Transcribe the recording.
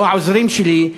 או העוזרים שלי,